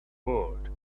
world